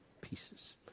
pieces